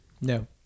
no